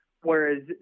whereas